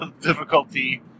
difficulty